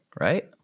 right